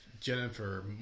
Jennifer